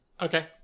Okay